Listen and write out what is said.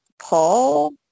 Paul